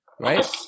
Right